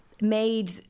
made